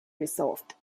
resolved